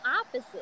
opposite